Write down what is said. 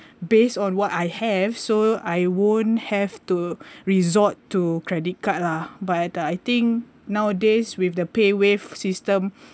based on what I have so I won't have to resort to credit card lah but I think nowadays with the paywave system